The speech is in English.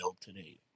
today